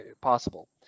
possible